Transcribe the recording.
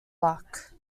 luck